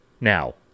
now